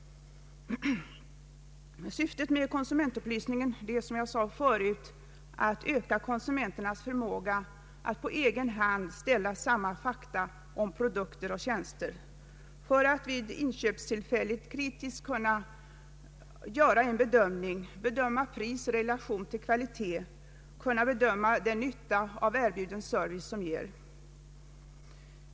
Syftet med konsumentupplysningen är att öka konsumenternas förmåga att på egen hand ställa samman fakta om produkter och tjänster för att vid inköpstillfället kritiskt kunna göra en bedömning, nämligen bedöma pris i relation till kvalitet och bedöma den nytta som erbjuden service ger.